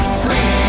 free